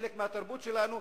חלק מהתרבות שלנו.